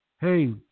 hey